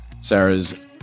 Sarah's